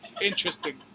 Interesting